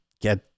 get